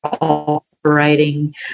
operating